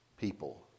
people